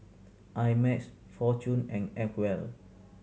I Max Fortune and Acwell